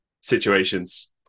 situations